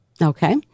Okay